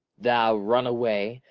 thou runaway,